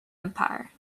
empire